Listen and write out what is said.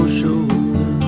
shoulder